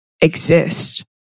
exist